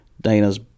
Dana's